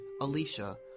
Alicia